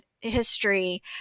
history